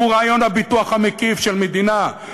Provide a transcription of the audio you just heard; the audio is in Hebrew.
רעיון הביטוח המקיף של מדינה,